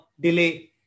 delay